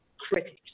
Critics